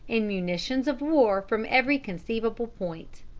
and munitions of war from every conceivable point.